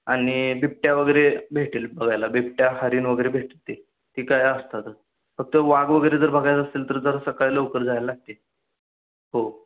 आणि बिबट्या वगैरे भेटेल बघायला बिबट्या हरिण वगैरे भेटते ते काय असतातच फक्त वाघ वगैरे जर बघायचं असतील तर जर सकाळी लवकर जायला लागते हो